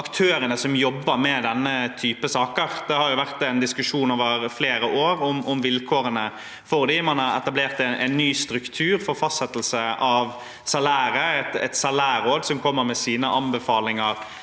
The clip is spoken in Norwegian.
aktørene som jobber med denne typen saker. Det har jo vært en diskusjon over flere år om vilkårene for dem. Man har etablert en ny struktur for fastsettelse av salæret, et salærråd, som kommer med sine anbefalinger